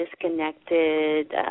disconnected